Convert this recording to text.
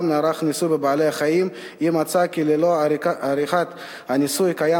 נערך ניסוי בבעלי-חיים אם מצא כי ללא עריכת הניסוי קיים